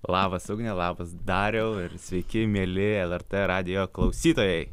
labas ugne labas dariau ir sveiki mieli lrt radijo klausytojai